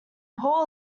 poor